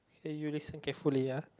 okay you listen carefully ah